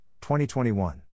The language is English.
2021